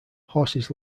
horses